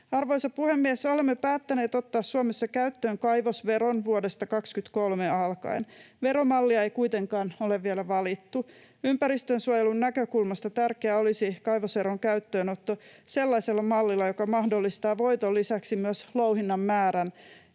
Arvoisa puhemies! Olemme päättäneet ottaa Suomessa käyttöön kaivosveron vuodesta 2023 alkaen. Veromallia ei kuitenkaan ole vielä valittu. Ympäristönsuojelun näkökulmasta tärkeää olisi kaivosveron käyttöönotto sellaisella mallilla, joka mahdollistaa voiton lisäksi myös louhinnan määrään